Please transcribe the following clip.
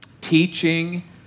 teaching